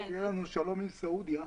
כשיהיה לנו שלום עם סעודיה.